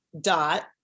dot